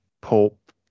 pulp